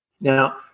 Now